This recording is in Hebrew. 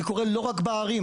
זה קורה לא רק בערים,